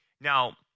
Now